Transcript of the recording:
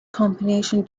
competitions